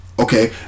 Okay